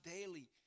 daily